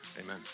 Amen